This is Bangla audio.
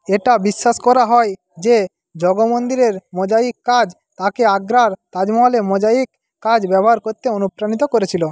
এটা বিশ্বাস করা হয় যে জগো মন্দিরের মোজাইক কাজ তাকে আগ্রার তাজমহলে মোজাইক কাজ ব্যবহার করতে অনুপ্রাণিত করেছিলো